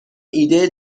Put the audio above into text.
ایده